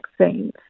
vaccines